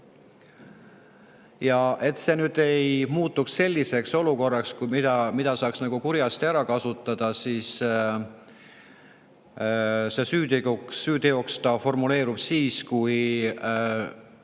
Ja et see ei muutuks selliseks olukorraks, mida saaks kurjasti ära kasutada, siis süüteoks formeerub ta sel juhul,